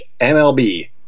MLB